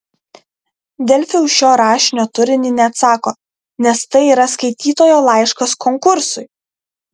delfi už šio rašinio turinį neatsako nes tai yra skaitytojo laiškas konkursui